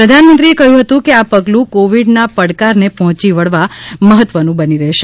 પ્રધાનમંત્રીએ કહયું હતું કે આ પગલું કોવીડના પડકારને પહોંચી વળવા મહત્વનું બની રહેશે